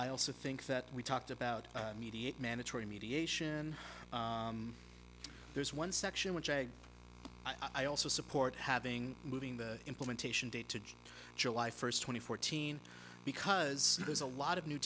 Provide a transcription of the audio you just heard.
i also think that we talked about mediate mandatory mediation there's one section which i also support having moving the implementation date to july first twenty fourteen because there's a lot of new